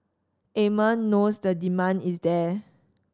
Amer knows the demand is there